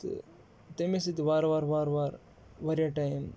تہٕ تٔمی سۭتۍ وارٕ وارٕ وارٕ وارٕ واریاہ ٹایِم